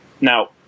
now